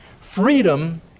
freedom